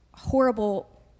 horrible